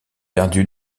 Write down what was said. perdu